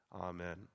Amen